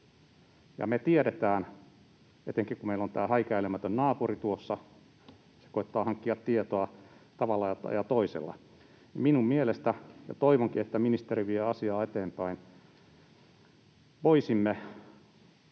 me tiedetään, että meillä on tämä häikäilemätön naapuri tuossa, joka koettaa hankkia tietoa tavalla ja toisella. Mielestäni — ja toivonkin, että ministeri vie asiaa eteenpäin — voisimme